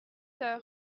sœur